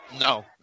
No